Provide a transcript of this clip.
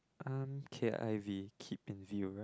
um K_I_V keep in view right